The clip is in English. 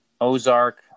Ozark